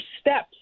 steps